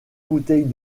bouteilles